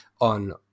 on